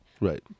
Right